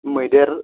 मैदेर